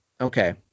Okay